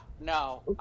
No